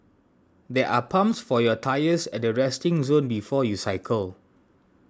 there are pumps for your tyres at the resting zone before you cycle